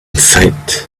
sight